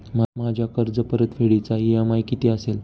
माझ्या कर्जपरतफेडीचा इ.एम.आय किती असेल?